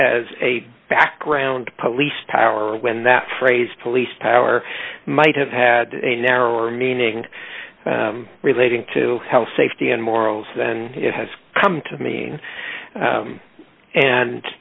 as a background police tower when that phrase police power might have had a narrower meaning relating to health safety and morals than it has come to mean and